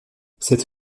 cette